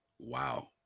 wow